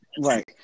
Right